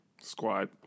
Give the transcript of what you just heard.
Squad